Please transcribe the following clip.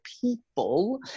people